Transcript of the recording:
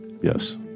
yes